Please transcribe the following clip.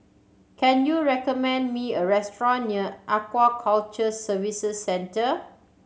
can you recommend me a restaurant near Aquaculture Services Centre